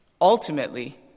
ultimately